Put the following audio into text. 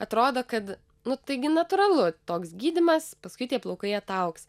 atrodo kad nu taigi natūralu toks gydymas paskui tie plaukai ataugs